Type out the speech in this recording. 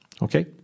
Okay